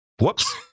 Whoops